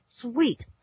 sweet